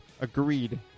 Agreed